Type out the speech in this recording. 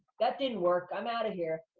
that didn't work. i'm outta here.